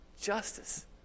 justice